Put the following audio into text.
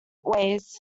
ways